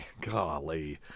golly